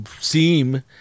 seem